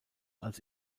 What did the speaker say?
als